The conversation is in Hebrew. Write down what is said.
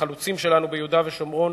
החלוצים שלנו ביהודה ושומרון,